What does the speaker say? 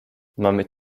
mamy